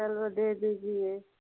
चलो दे दीजिए